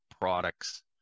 products